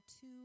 two